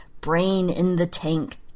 brain-in-the-tank